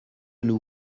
nous